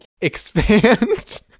expand